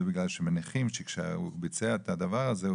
בגלל שמניחים שהוא ביצע את הדבר הזה,